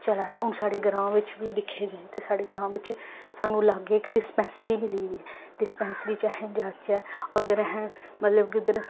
चला दा हून साढ़े ग्रां बिच्च बी दिक्खेआ जाए ते साढ़े ग्रां बिच्च सानूं अलग इक डिस्पैंसरी मिली गेदी डिस्पैंसरी च अस जाचै अगर असें मतलब कि उद्धर